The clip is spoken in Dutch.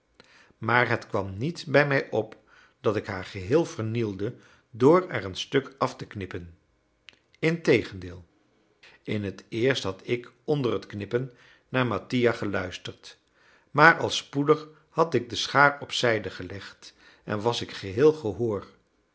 maar het kwam niet bij mij op dat ik haar geheel vernielde door er een stuk af te knippen integendeel in het eerst had ik onder het knippen naar mattia geluisterd maar al spoedig had ik de schaar opzijde gelegd en was ik geheel gehoor